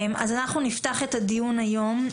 אז אנחנו נפתח את הדיון היום,